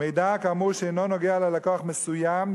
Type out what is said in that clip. מידע כאמור שאינו נוגע ללקוח מסוים,